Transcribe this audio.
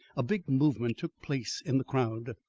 a big movement took place in the crowd.